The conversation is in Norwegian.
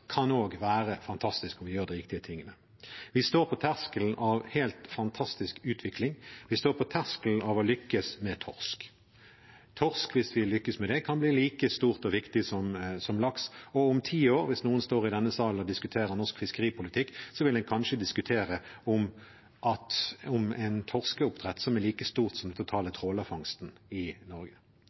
kan også være fantastisk når vi gjør de riktige tingene. Vi står på terskelen av en helt fantastisk utvikling. Vi står på terskelen av å lykkes med torsk. Torsk – hvis vi lykkes med det – kan bli like stort og viktig som laks. Og om ti år, hvis noen står i denne salen og diskuterer norsk fiskeripolitikk, vil man kanskje diskutere en torskeoppdrett som er like stor som den totale trålerfangsten i Norge.